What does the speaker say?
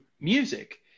music